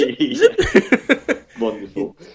Wonderful